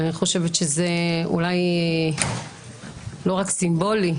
אני חושבת שזה אולי לא רק סימבולי,